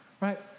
right